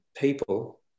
people